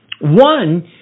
One